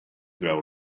grow